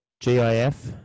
GIF